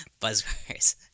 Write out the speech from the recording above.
buzzwords